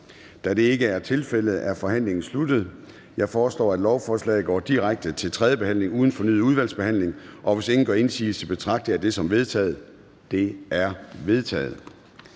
Da det ikke er tilfældet, er forhandlingen sluttet. Jeg foreslår, at lovforslaget går direkte til tredje behandling uden fornyet udvalgsbehandling. Hvis ingen gør indsigelse, betragter jeg det som vedtaget. Det er vedtaget.